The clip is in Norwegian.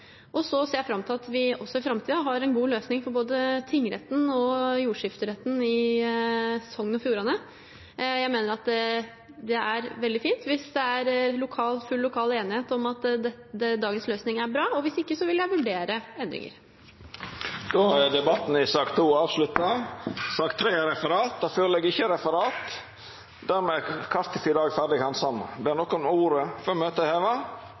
Så ser jeg fram til at vi også i framtiden har en god løsning for både tingretten og jordskifteretten i Sogn og Fjordane. Jeg mener at det er veldig fint hvis det er full lokal enighet om at dagens løsning er bra, og hvis ikke vil jeg vurdere endringer. Den ordinære spørjetimen er dermed avslutta. Det ligg ikkje føre noko referat. Dermed er kartet for i dag ferdig handsama. – Ber nokon om ordet før møtet vert heva? Så er ikkje sett, og møtet er heva.